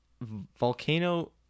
Volcano